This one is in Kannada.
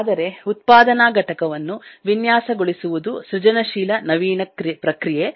ಆದರೆ ಉತ್ಪಾದನಾ ಘಟಕವನ್ನು ವಿನ್ಯಾಸಗೊಳಿಸುವುದು ಸೃಜನಶೀಲ ನವೀನ ಪ್ರಕ್ರಿಯೆ